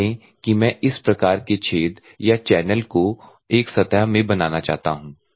मान लें कि मैं इस प्रकार के छेद या चैनल को एक सतह में बनाना चाहता हूं